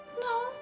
No